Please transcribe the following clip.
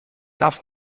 darf